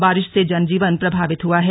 बारिश से जनजीवन प्रभावित हुआ है